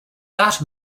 that